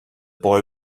boy